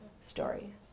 story